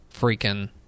freaking